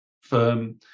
firm